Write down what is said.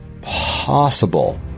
possible